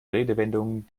redewendungen